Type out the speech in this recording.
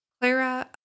Clara